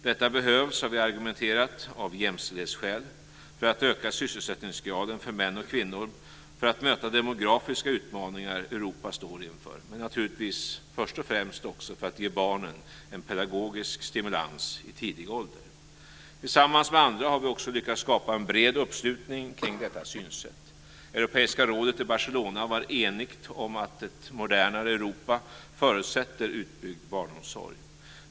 Detta behövs, har vi argumenterat, av jämställdhetsskäl, för att öka sysselsättningsgraden för män och kvinnor och för att möta de demografiska utmaningar Europa står inför, men naturligtvis först och främst för att ge barnen en pedagogisk stimulans i tidig ålder. Tillsammans med andra har vi också lyckats skapa en bred uppslutning kring detta synsätt. Europeiska rådet i Barcelona var enigt om att ett modernare Europa förutsätter utbyggd barnomsorg.